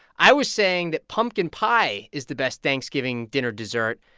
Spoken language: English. i was saying that pumpkin pie is the best thanksgiving dinner dessert,